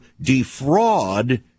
defraud